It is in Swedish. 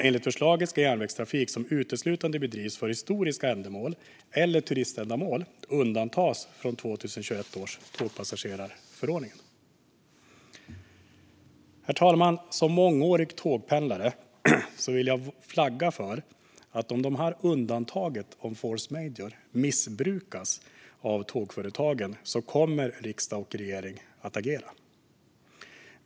Enligt förslaget ska dock järnvägstrafik som uteslutande bedrivs för historiska ändamål eller turiständamål undantas från 2021 års tågpassagerarförordning. Herr talman! Som mångårig tågpendlare vill jag flagga för att om undantaget om force majeure missbrukas av tågföretagen kommer riksdag och regering att agera.